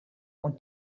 und